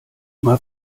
mal